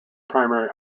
primary